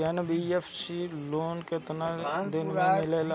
NBFC loan केतना दिन मे मिलेला?